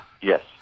Yes